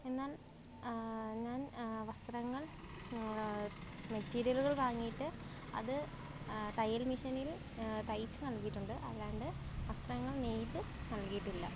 എന്നാൽ ഞാൻ വസ്ത്രങ്ങൾ മെറ്റീരിയലുകൾ വാങ്ങിയിട്ട് അത് തയ്യൽ മെഷീനിൽ തയ്ച്ച് നൽകിയിട്ടുണ്ട് അല്ലാണ്ട് വസ്ത്രങ്ങൾ നെയ്ത് നൽകിയിട്ടില്ല